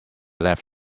left